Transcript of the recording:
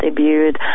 debuted